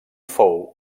fou